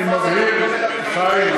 אני מדבר אל חבר הכנסת ברושי.